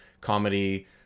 comedy